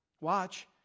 watch